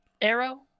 arrow